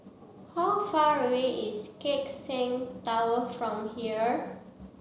how far away is Keck Seng Tower from here